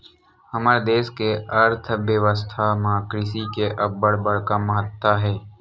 हमर देस के अर्थबेवस्था म कृषि के अब्बड़ बड़का महत्ता हे